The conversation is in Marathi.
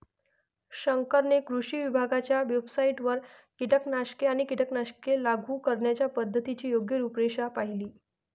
शंकरने कृषी विभागाच्या वेबसाइटवरून कीटकनाशके आणि कीटकनाशके लागू करण्याच्या पद्धतीची योग्य रूपरेषा पाहिली